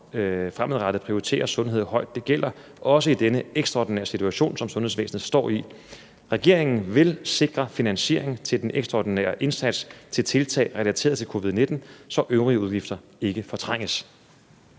fremadrettet prioritere sundhed højt. Det gælder også i denne ekstraordinære situation, som sundhedsvæsenet står i. Regeringen vil sikre finansiering til den ekstraordinære indsats til tiltag relateret til covid-19, så øvrige udgifter ikke fortrænges.